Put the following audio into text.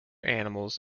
animals